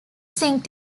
zinc